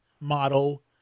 model